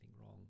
wrong